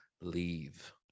leave